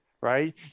right